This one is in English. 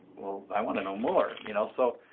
well, i want to know more, you know. so,